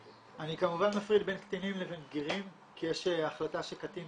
אני כמובן מפריד בין קטינים לבין בגירים כי יש החלטה שקטין